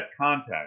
contact